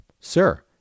Sir